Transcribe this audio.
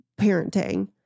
parenting